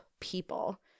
people